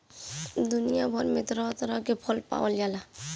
दुनिया भर में तरह तरह के फल पावल जाला